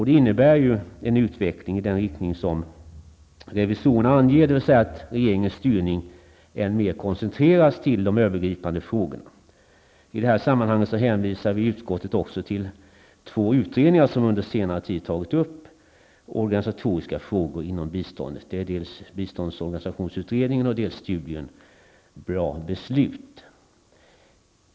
Det innebär en utveckling i den riktning som revisorerna anger, dvs. att regeringens styrning än mer koncentreras till de övergripande frågorna. I det här sammanhanget hänvisar vi i utskottet också till två utredningar som under senare tid tagit upp organisatoriska frågor inom biståndet. Det är dels biståndsorganisationsutredningen, dels studien Bra beslut.